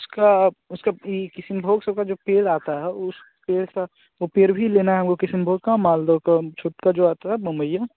उसका उसका ये किशन भोग सौ का जो पेड़ा आता है उस पेड़ का वह पेड़ा भी लेना है हमको किशन भोग का मालदाे का छुटका जो आता है मुंबइया